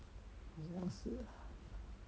你要是啊